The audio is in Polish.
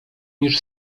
niż